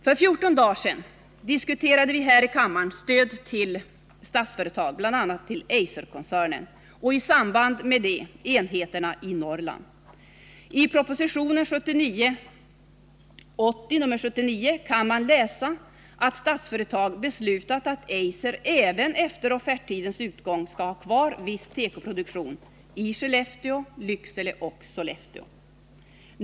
För 14 dagar sedan diskuterade vi här i kammaren stöd till Statsföretag AB och då bl.a. till Eiserkoncernens enheter i Norrland. I propositionen 1979/80:79 kan man läsa att Statsföretag beslutat att Eiser även efter offerttidens utgång skall ha kvar viss tekoproduktion i Skellefteå, Lycksele och Sollefteå.